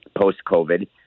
post-COVID